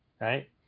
right